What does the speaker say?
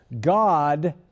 God